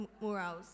morals